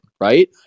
right